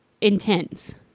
intense